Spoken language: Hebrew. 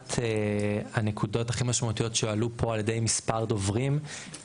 שאחת הנקודות הכי משמעותיות שהועלו פה על ידי מספר דוברים,